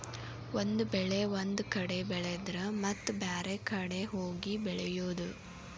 ಒಂದ ಬೆಳೆ ಒಂದ ಕಡೆ ಬೆಳೆದರ ಮತ್ತ ಬ್ಯಾರೆ ಕಡೆ ಹೋಗಿ ಬೆಳಿಯುದ